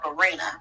arena